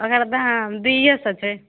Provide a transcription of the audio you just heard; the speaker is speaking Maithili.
ओकर दाम दुइए सए छै